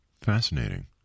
Fascinating